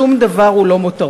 שום דבר הוא לא מותרות,